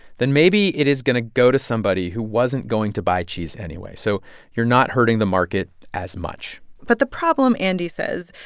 then maybe it is going to go to somebody who wasn't going to buy cheese anyway so you're not hurting the market as much but the problem, andy says,